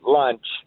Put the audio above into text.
lunch